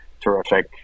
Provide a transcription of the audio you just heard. Terrific